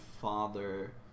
father